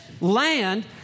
land